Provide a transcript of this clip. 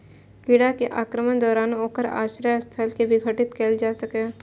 कीड़ा के आक्रमणक दौरान ओकर आश्रय स्थल कें विघटित कैल जा सकैए